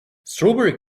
strawberry